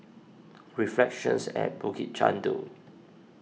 Reflections at Bukit Chandu